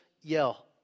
Yell